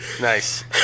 Nice